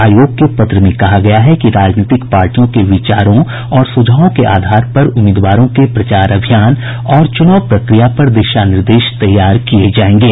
आयोग के पत्र में कहा गया है कि राजनीतिक पार्टियों के विचारों और सुझावों के आधार पर उम्मीदवारों के प्रचार अभियान और चूनाव प्रक्रिया पर दिशा निर्देश तैयार किए जाएंगे